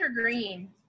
green